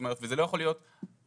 הוא צריך ודאות,